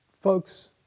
Folks